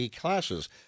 classes